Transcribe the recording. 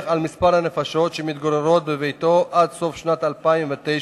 על מספר הנפשות שמתגוררות בביתו עד סוף שנת 2009,